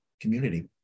community